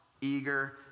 eager